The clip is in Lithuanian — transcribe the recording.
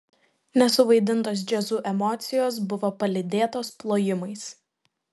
nesuvaidintos jazzu emocijos buvo palydėtos plojimais